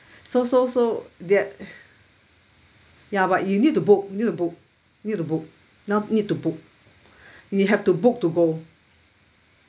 so so so they are ya but you need to book need to book need to book now need to book you have to book to go